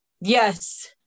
yes